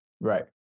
Right